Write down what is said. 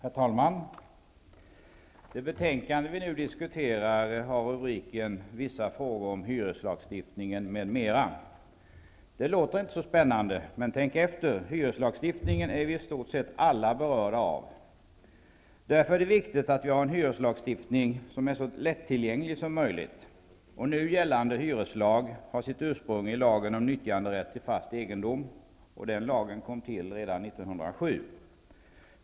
Herr talman! Det betänkande som vi nu diskuterar har rubriken Vissa frågor om hyreslagstiftningen m.m. Det låter inte så spännande, men om man tänker efter är vi alla i stort sett berörda av hyreslagstiftningen. Det är därför viktigt att vi har en lagstiftning som är så lättillgänglig som möjligt. Nu gällande hyreslag har sitt ursprung i lagen om nyttjanderätt till fast egendom. Den lagen kom till redan 1907.